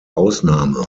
ausnahme